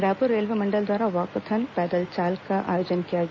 Raipur railway मंडल द्वारा walkathon पैदल चाल का आयोजन किया गया